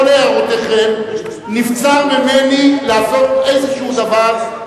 הערותיכם, נבצר ממני לעשות איזה דבר.